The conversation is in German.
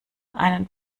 einen